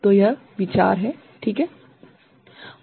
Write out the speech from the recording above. तो यह विचार है ठीक है